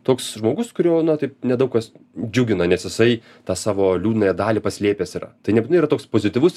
toks žmogus kurio na taip nedaug kas džiugina nes jisai tą savo liūdnąją dalį paslėpęs yra tai nebūtinai yra toks pozityvus